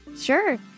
Sure